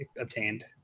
obtained